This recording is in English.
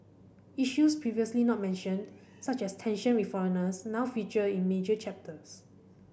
issues previously not mentioned such as tension with foreigners now feature in major chapters